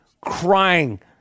crying